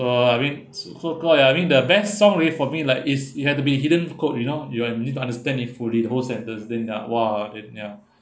!wah! I mean so so called ya I mean the best song always for me like is it had to be hidden code you uh you need to understand it fully the whole sentence than you like !wah! i~ ya